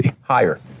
Higher